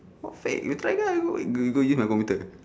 what fake you try ah you go you go in my computer